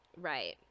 Right